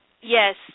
Yes